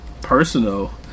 personal